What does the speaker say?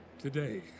today